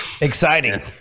Exciting